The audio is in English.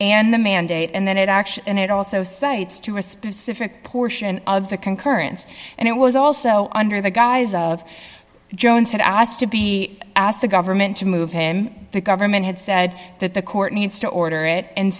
and the mandate and then it action it also cites to a specific portion of the concurrence and it was also under the guise of jones had asked to be asked the government to move him the government had said that the court needs to order it and